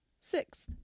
Sixth